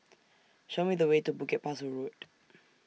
Show Me The Way to Bukit Pasoh Road